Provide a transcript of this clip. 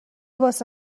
واسه